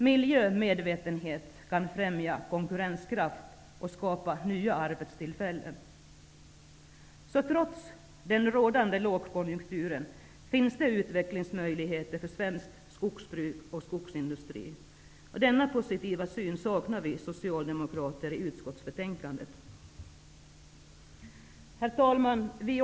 Miljömedvetenhet kan främja konkurrenskraft och skapa nya arbetstillfällen. Trots den rådande lågkonjunkturen finns det utvecklingsmöjligheter för svenskt skogsbruk och svensk skogsindustri. Denna positiva syn saknar vi socialdemokrater i utskottsbetänkandet. Herr talman!